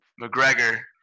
McGregor